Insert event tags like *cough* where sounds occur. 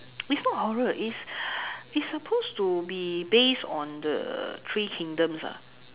*noise* is not horror is supposed to be based on the three kingdoms ah